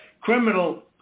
criminal